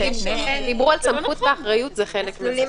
כשדיברו על סמכות ואחריות, זה חלק מזה.